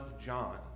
John